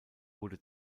wurde